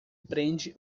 prende